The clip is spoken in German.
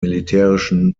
militärischen